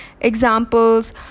Examples